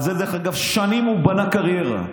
על זה שנים הוא בנה קריירה,